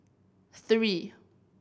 three